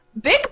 Big